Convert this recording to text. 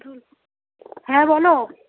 হ্যাঁ বলো